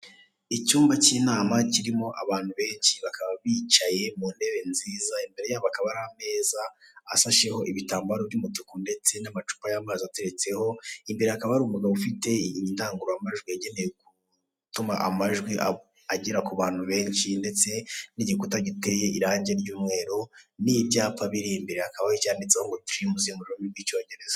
Icyumba cy'inama kirimo abantu benshi, bakaba bicaye mu ntebe nziza. Imbere hakaba hariho ameza ashasheho ibitambaro by'umutu ndetse n'amazi atereteseho. Imbere hakaba hari indangururamajwi yagenewe gutuma amajwi agera mu bantu benshi ndetse n'igikuta giteye irangi ry'umweru n'ibyapa biri imbere.